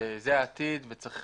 שזה העתיד וצריך